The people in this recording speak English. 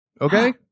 okay